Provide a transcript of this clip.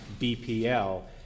BPL